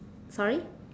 sorry